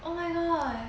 oh my god